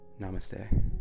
Namaste